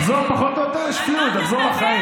לחזור פחות או יותר לשפיות, לחזור לחיים.